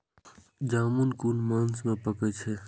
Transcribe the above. जामून कुन मास में पाके छै?